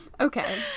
okay